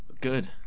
Good